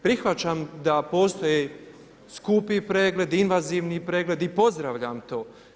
Prihvaćam da postoji skupi pregled, invazivni pregled i pozdravljam to.